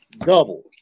double